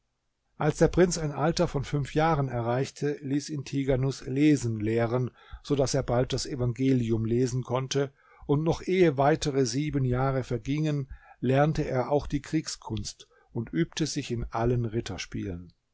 als der prinz ein alter von fünf jahren erreichte ließ ihn tighanus lesen lehren so daß er bald das evangelium lesen konnte und noch ehe weitere sieben jahre vergingen lernte er auch die kriegskunst und übte sich in allen ritterspielen